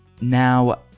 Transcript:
Now